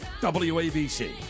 WABC